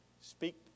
speak